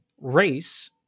race